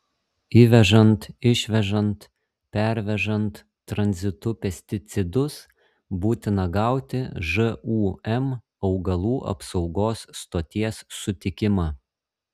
įvežant išvežant pervežant tranzitu pesticidus būtina gauti žūm augalų apsaugos stoties sutikimą